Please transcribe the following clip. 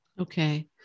Okay